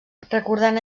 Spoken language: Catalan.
recordant